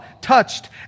touched